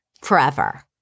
forever